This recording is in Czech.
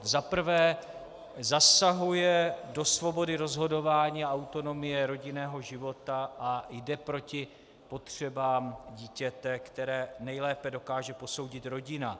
Zaprvé zasahuje do svobody rozhodování a autonomie rodinného života a jde proti potřebám dítěte, které nejlépe dokáže posoudit rodina.